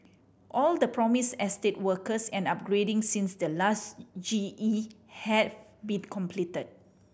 all the promised estate works and upgrading since the last G E have been completed